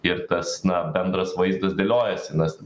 ir tas na bendras vaizdas dėliojasi nes